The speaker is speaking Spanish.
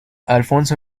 alfonso